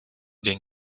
den